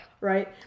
Right